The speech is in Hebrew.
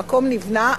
המקום נבנה,